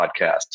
podcast